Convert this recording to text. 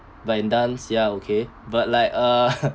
but you done sia okay but like uh